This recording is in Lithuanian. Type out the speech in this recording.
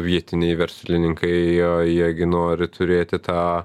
vietiniai verslininkai jie jie gi nori turėti tą